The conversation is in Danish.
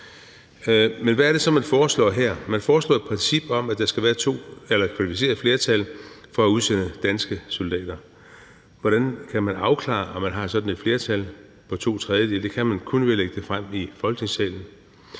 Men hvad er det så, man foreslår her? Man foreslår et princip om, at der skal være et kvalificeret flertal for at udsende danske soldater. Hvordan kan man afklare, om man har sådan et flertal på to tredjedele? Det kan man kun ved at lægge det frem i Folketingssalen.